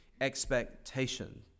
expectation